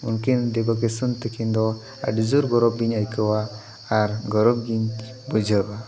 ᱩᱱᱠᱤᱱ ᱰᱤᱵᱟᱹ ᱠᱤᱥᱩᱱ ᱛᱟᱠᱤᱱ ᱫᱚ ᱟᱹᱰᱤ ᱡᱳᱨ ᱜᱚᱨᱚᱵᱤᱧ ᱟᱹᱭᱠᱟᱹᱣᱟ ᱟᱨ ᱜᱚᱨᱚᱵ ᱜᱤᱧ ᱵᱩᱡᱷᱟᱹᱣᱟ